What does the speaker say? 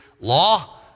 law